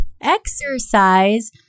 exercise